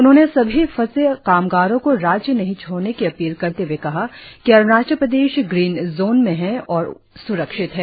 उन्होंने सभी फंसे कामगारों को राज्य नहीं छोड़ने की अपील करते हए कहा कि अरुणाचल प्रदेश ग्रीन होन में है और स्रक्षित है